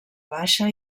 baixa